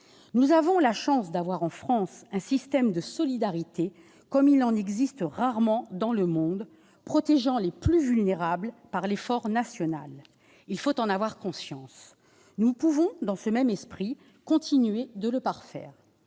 Nous avons la chance d'avoir, en France, un système de solidarité comme il en existe rarement dans le monde, protégeant les plus vulnérables par l'effort national. Il faut en avoir conscience. Nous pouvons, animés de cet esprit, continuer de le parfaire.